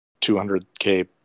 200k